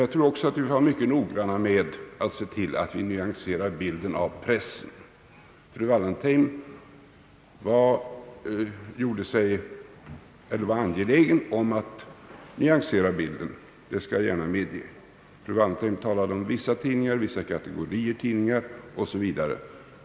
Jag tror också att vi bör vara mycket noga med att se till att vi nyanserar bilden av pressen. Fru Wallentheim var angelägen om att nyansera bilden, det skall jag gärna medge. Hon talade om vissa tidningar, vissa kategorier av tidningar osv.